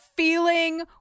feeling